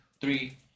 three